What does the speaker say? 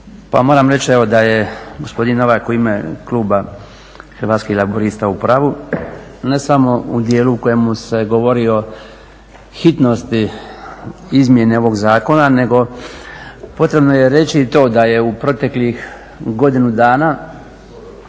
moram reći evo da je gospodin Novak u ime kluba Hrvatskih laburista u pravu, ne samo u dijelu u kojemu se govori o hitnosti izmjene ovog zakona nego potrebno je reći i to da je u proteklih godinu dana